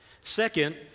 Second